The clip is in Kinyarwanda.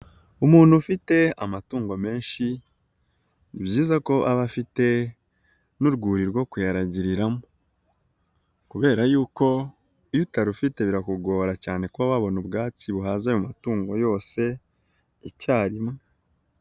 Umuntu ufite amatungo menshi ni byiza ko aba afite n'urwuri rwo kuyaragiriramo, kubera yuko iyo utarufite birakugora cyane kuba wabona ubwatsi buhaze ayo matungo yose icyarimwe.